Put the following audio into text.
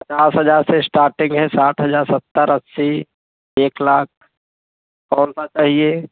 पचास हज़ार से इस्टार्टिंग है साठ हज़ार सत्तर अस्सी एक लाख कौन सा चाहिए